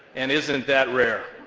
and, isn't that rare?